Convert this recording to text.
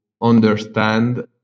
understand